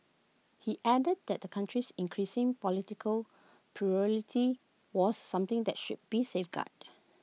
he added that the country's increasing political plurality was something that should be safeguarded